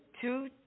two